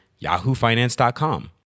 yahoofinance.com